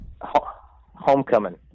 Homecoming